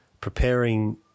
preparing